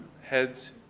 heads